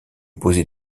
poser